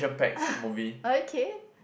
uh okay